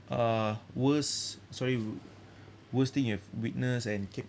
uh worst sorry wor~ worst thing you have witnessed and kept